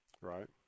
Right